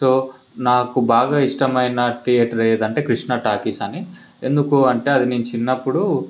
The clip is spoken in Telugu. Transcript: సో నాకు బాగా ఇష్టమైన థియేటర్ ఏది అంటే కృష్ణ టాకీస్ అని ఎందుకు అంటే అది నేను చిన్నప్పుడు